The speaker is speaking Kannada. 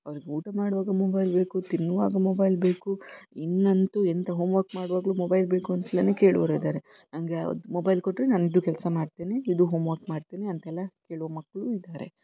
ಅವ್ರ್ಗೆ ಊಟ ಮಾಡುವಾಗ ಮೊಬೈಲ್ ಬೇಕು ತಿನ್ನುವಾಗ ಮೊಬೈಲ್ ಬೇಕು ಇನ್ನಂತೂ ಎಂಥ ಹೋಮ್ ವಕ್ ಮಾಡುವಾಗಲೂ ಮೊಬೈಲ್ ಬೇಕು ಅಂತ್ಲೆ ಕೇಳುವವ್ರು ಇದ್ದಾರೆ ನನಗೆ ಮೊಬೈಲ್ ಕೊಟ್ಟರೆ ನಾನು ಇದು ಕೆಲಸ ಮಾಡ್ತೇನೆ ಇದು ಹೋಮ್ ವಕ್ ಮಾಡ್ತೇನೆ ಅಂತೆಲ್ಲ ಹೇಳುವ ಮಕ್ಕಳೂ ಇದ್ದಾರೆ